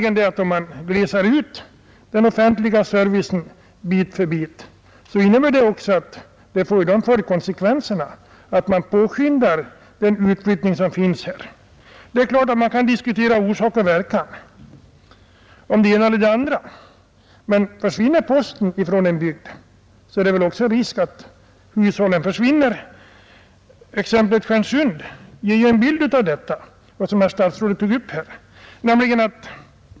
En gradvis utglesning av den offentliga servicen får också den konsekvensen att den pågående utflyttningen påskyndas. Man kan diskutera orsak och verkan i sådana fall, men om just postanstalten dras in i en bygd av detta slag, är det större risk för att hushållen flyttar ut. Exemplet Stjärnsund, som statsrådet gick in på, ger en bild av detta.